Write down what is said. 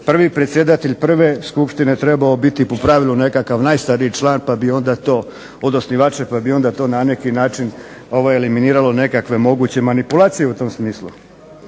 prvi predsjedatelj prve skupštine trebao biti po pravilu nekakav najstariji član, pa bi onda to, od osnivača, pa bi onda to na neki način eliminiralo nekakve moguće manipulacije u tom smislu.